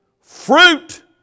fruit